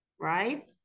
right